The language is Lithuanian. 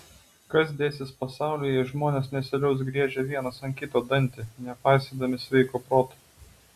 kas dėsis pasaulyje jei žmonės nesiliaus griežę vienas ant kito dantį nepaisydami sveiko proto